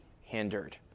hindered